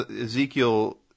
Ezekiel